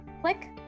Click